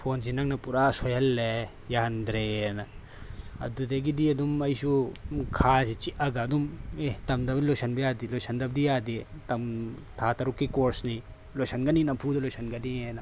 ꯐꯣꯟꯦ ꯅꯪꯅ ꯄꯨꯔꯥ ꯁꯣꯏꯍꯜꯂꯦ ꯌꯥꯍꯟꯗ꯭ꯔꯦꯌꯦꯅ ꯑꯗꯨꯗꯒꯤꯗꯤ ꯑꯗꯨꯝ ꯑꯩꯁꯨ ꯈꯥꯁꯦ ꯆꯤꯛꯑꯒ ꯑꯗꯨꯝ ꯑꯦ ꯇꯝꯕꯗ ꯂꯣꯏꯁꯤꯟꯗꯕꯗꯤ ꯌꯥꯗꯦ ꯊꯥ ꯇꯔꯨꯛꯀꯤ ꯀꯣꯔ꯭ꯁꯅꯤ ꯂꯣꯏꯁꯤꯟꯒꯅꯤ ꯅꯝꯐꯨꯗ ꯂꯣꯏꯁꯤꯟꯒꯅꯤ ꯍꯥꯏꯅ